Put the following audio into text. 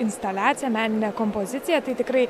instaliacija meninė kompozicija tai tikrai